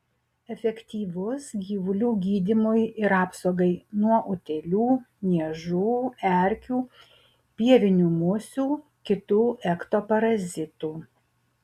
efektyvus gyvulių gydymui ir apsaugai nuo utėlių niežų erkių pievinių musių kitų ektoparazitų